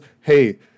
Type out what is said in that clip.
Hey